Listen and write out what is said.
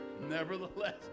nevertheless